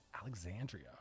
Alexandria